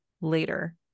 later